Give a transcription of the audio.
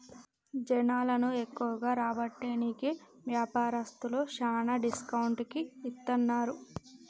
జనాలను ఎక్కువగా రాబట్టేకి వ్యాపారస్తులు శ్యానా డిస్కౌంట్ కి ఇత్తన్నారు